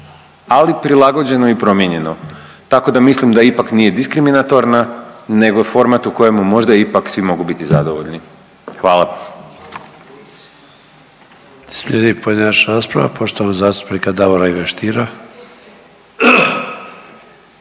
ali prilagođeno i promijenjeno. Tako da mislim da ipak nije diskriminatorna nego format u kojemu možda ipak svi mogu biti zadovoljni, hvala. **Sanader, Ante (HDZ)** Slijedi pojedinačna rasprava poštovanog zastupnika Davor Ive Stiera.